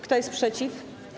Kto jest przeciw?